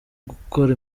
gukora